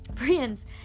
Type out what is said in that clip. Friends